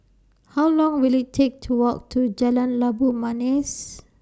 How Long Will IT Take to Walk to Jalan Labu Manis